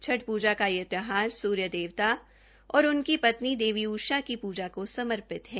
छठ पूजा का यह त्यौहार सूर्य देवता और उनकी पत्नी देवी उषा के पूजा को समर्पित है